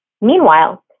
Meanwhile